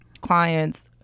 clients